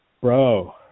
bro